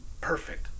perfect